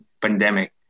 pandemic